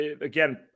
Again